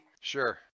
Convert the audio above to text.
Sure